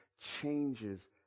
changes